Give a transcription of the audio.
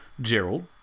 Gerald